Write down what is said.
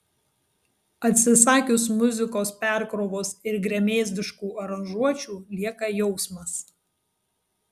atsisakius muzikos perkrovos ir gremėzdiškų aranžuočių lieka jausmas